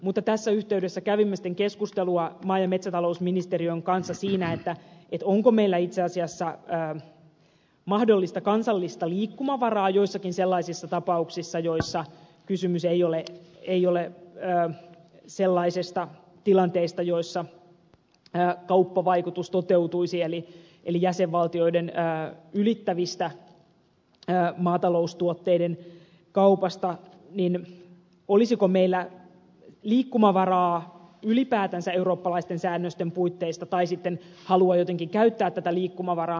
mutta tässä yhteydessä kävimme keskustelua maa ja metsätalousministeriön kanssa siitä onko meillä itse asiassa mahdollisesti kansallista liikkumavaraa joissakin sellaisissa tapauksissa joissa kysymys ei ole sellaisista tilanteista joissa kauppavaikutus toteutuisi eli olisiko meillä jäsenvaltioiden rajat ylittävässä maataloustuotteiden kaupassa liikkumavaraa ylipäätänsä eurooppalaisten säännösten puitteissa tai halua jotenkin käyttää tätä liikkumavaraa